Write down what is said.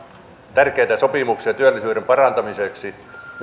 tärkeitä sopimuksia työllisyyden parantamiseksi minusta